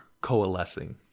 coalescing